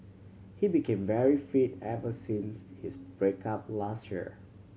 he became very fit ever since his break up last year